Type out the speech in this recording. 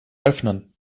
öffnen